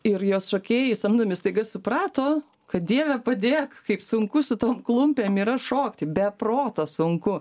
ir jos šokėjai samdomi staiga suprato kad dieve padėk kaip sunku su tom klumpėm yra šokti be proto sunku